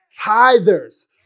tithers